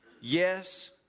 yes